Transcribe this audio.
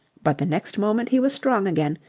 but the next moment he was strong again,